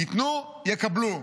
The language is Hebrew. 'ייתנו, יקבלו,